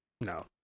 No